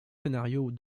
scénarios